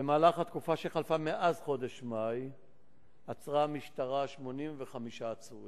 במהלך התקופה שחלפה מאז חודש מאי עצרה המשטרה 85 עצורים